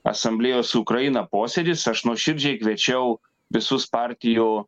asamblėjos su ukraina posėdis aš nuoširdžiai kviečiau visus partijų